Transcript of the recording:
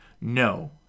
No